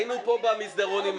היינו במסדרון.